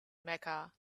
mecca